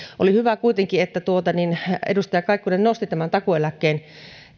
oli hyvä kuitenkin että edustaja kaikkonen nosti tämän takuueläkkeen